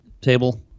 table